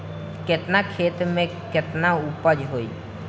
केतना खेत में में केतना उपज होई?